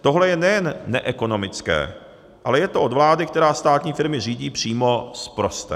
Tohle je nejen neekonomické, ale je to od vlády, která státní firmy řídí, přímo sprosté.